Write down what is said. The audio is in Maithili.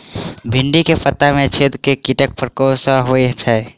भिन्डी केँ पत्ता मे छेद केँ कीटक प्रकोप सऽ होइ छै?